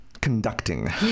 conducting